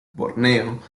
borneo